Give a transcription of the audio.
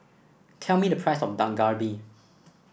tell me the price of Dak Galbi